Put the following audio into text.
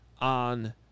on –